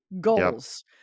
goals